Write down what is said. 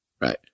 right